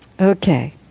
Okay